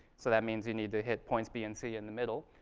so that means you need to hit points b and c in the middle.